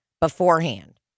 beforehand